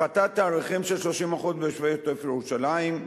הפחתת תעריפים של 30% ביישובי עוטף-ירושלים.